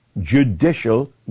judicial